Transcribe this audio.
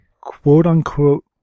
quote-unquote